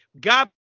God